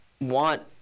want